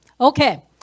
Okay